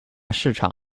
市场